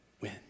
win